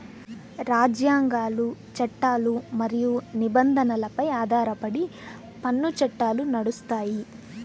రాజ్యాంగాలు, చట్టాలు మరియు నిబంధనలపై ఆధారపడి పన్ను చట్టాలు నడుస్తాయి